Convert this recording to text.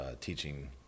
teaching